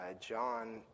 John